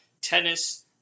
Tennis